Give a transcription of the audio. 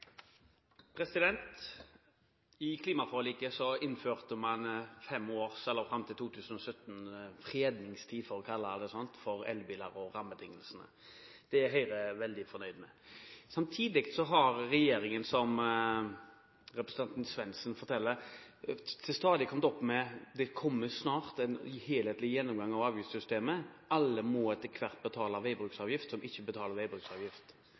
I klimaforliket innførte man fredningstid fram til 2017, for å si det slik, for elbiler og rammebetingelser. Det er Høyre veldig fornøyd med. Samtidig har regjeringen, som representanten Svendsen forteller, stadig sagt det snart kommer en helhetlig gjennomgang av avgiftssystemet, og alle som ikke betaler veibruksavgift, må etter hvert betale